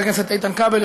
חבר הכנסת איתן כבל,